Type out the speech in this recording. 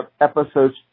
episodes